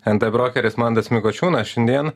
nt brokeris mantas mikučiūnas šiandien